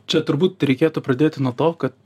čia turbūt reikėtų pradėti nuo to kad